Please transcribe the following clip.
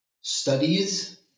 studies